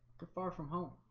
far from home.